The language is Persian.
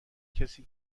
کسی